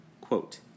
Quote